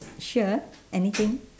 sure anything